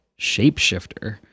shapeshifter